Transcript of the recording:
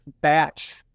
batch